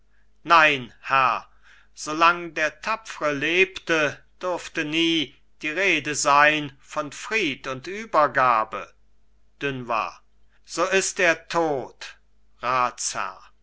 nein herr solang der tapfre lebte durfte nie die rede sein von fried und übergabe dunois so ist er tot